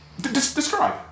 Describe